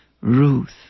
Ruth